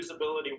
usability